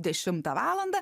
dešimtą valandą